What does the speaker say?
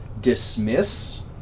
dismiss